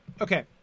Okay